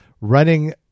running